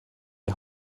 die